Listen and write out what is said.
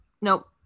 Nope